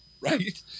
right